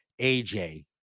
aj